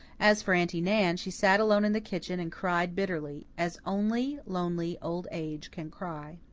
as for aunty nan, she sat alone in the kitchen, and cried bitterly, as only lonely old age can cry.